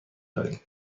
داریم